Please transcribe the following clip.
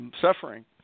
suffering